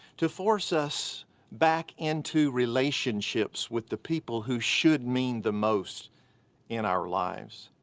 to force us back into relationships with the people who should mean the most in our lives.